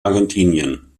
argentinien